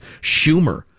Schumer